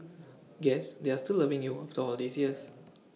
guess they are still loving you after all these years